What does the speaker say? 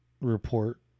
report